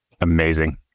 Amazing